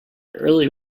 early